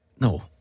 No